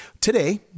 Today